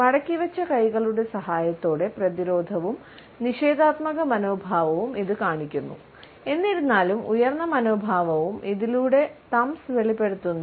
മടക്കിവെച്ച കൈകളുടെ സഹായത്തോടെ പ്രതിരോധവും നിഷേധാത്മക മനോഭാവവും ഇത് കാണിക്കുന്നു എന്നിരുന്നാലും ഉയർന്ന മനോഭാവവും ഇതിലൂടെ തംബ്സ് വെളിപ്പെടുത്തുന്നു